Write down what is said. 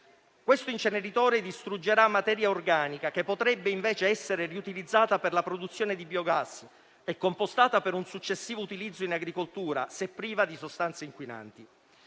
Questo inceneritore distruggerà materia organica che potrebbe, invece, essere utilizzata per la produzione di biogas e compostata per un successivo utilizzo in agricoltura, se priva di sostanze inquinanti.